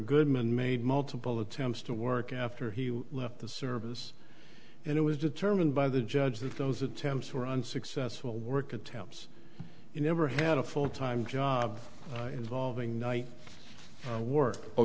goodman made multiple attempts to work after he left the service and it was determined by the judge that those attempts were unsuccessful work attempts you never had a full time job involving night work